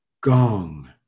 gong